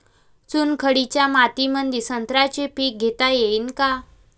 चुनखडीच्या मातीमंदी संत्र्याचे पीक घेता येईन का?